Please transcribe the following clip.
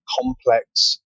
complex